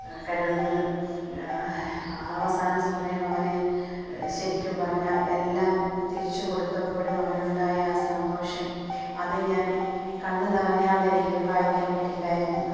കരുതുന്നത് ആ അവസാനസമയം അവൻ ശരിക്കും പറഞ്ഞാൽ എല്ലാം തിരിച്ചുകൊടുത്തപ്പോഴും അവനുണ്ടായ ആ സന്തോഷം അതും ഞാൻ കണ്ണു നിറഞ്ഞ് അത് എനിക്കത് വായിക്കാൻ പറ്റില്ലായിരുന്നു